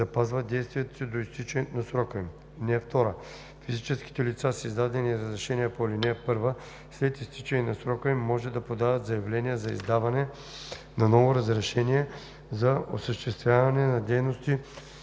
запазват действието си до изтичането на срока им. (2) Физическите лица с издадени разрешения по ал. 1 след изтичане на срока им може да подават заявление за издаване на ново разрешение за осъществяване на дейности